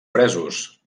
presos